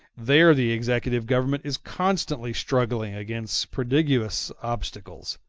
there the executive government is constantly struggling against prodigious obstacles,